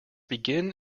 begin